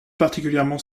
particulièrement